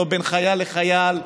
לא בין חייל לחייל,